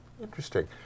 interesting